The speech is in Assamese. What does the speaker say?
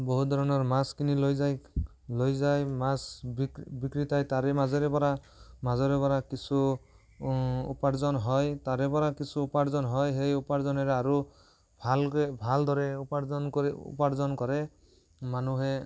বহু ধৰণৰ মাছ কিনি লৈ যায় লৈ যাই মাছ বিক্ৰী বিক্ৰেতাই তাৰে মাজেৰে পৰা মাজৰে পৰা কিছু উপাৰ্জন হয় তাৰে পৰা কিছু উপাৰ্জন হয় সেই উপাৰ্জনেৰে আৰু ভালকে ভালদৰে উপাৰ্জন কৰে উপাৰ্জন কৰে মানুহে